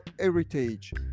heritage